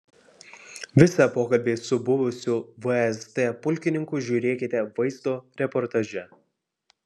visą pokalbį su buvusiu vsd pulkininku žiūrėkite vaizdo reportaže